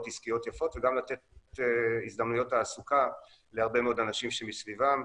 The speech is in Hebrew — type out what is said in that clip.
עסקיות יפות וגם לתת הזדמנויות תעסוקה להרבה מאוד אנשים שמסביבם.